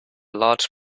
large